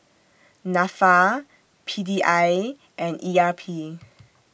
Nafa P D I and E R P